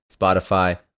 Spotify